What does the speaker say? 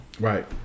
Right